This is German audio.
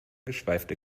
geschweifte